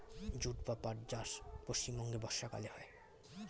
jute বা পাট চাষ পশ্চিমবঙ্গে বর্ষাকালে হয়